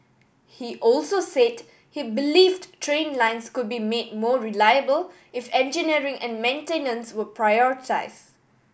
he also said he believed train lines could be made more reliable if engineering and maintenance were prioritised